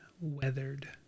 Weathered